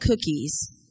cookies